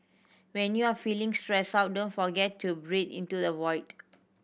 when you are feeling stressed out don't forget to breathe into the void